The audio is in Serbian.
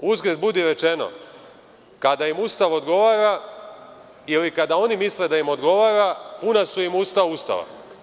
Uzgred rečeno, kada im Ustav odgovara ili kada oni misle da im odgovara, puna su im usta Ustava.